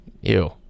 ew